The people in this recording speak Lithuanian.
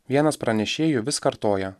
vienas pranešėjų vis kartoja